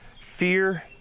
fear